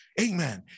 amen